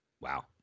Wow